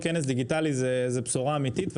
כנס דיגיטלי זו בשורה אמיתית,